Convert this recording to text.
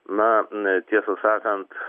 na tiesą sakant